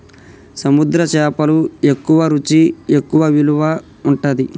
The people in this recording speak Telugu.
సముద్ర చేపలు ఎక్కువ రుచి ఎక్కువ విలువ ఉంటది